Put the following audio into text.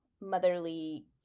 motherly